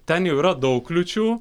ten jau yra daug kliūčių